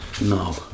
No